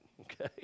okay